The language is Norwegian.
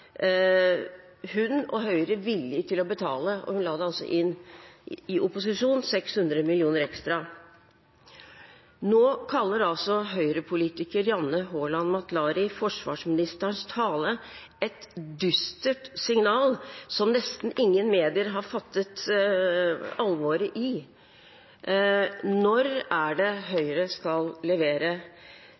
hun og Høyre i opposisjon villig til å betale 600 mill. kr ekstra. Nå kaller Høyre-politikeren Janne Haaland Matlary forsvarsministerens tale «et meget dystert signal som nesten ingen medier har oppfattet alvoret i». Når er det Høyre skal levere?